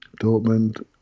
Dortmund